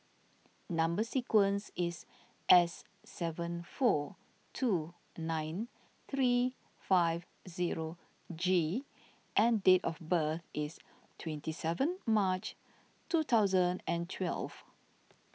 Number Sequence is S seven four two nine three five zero G and date of birth is twenty seven March two thousand and twelve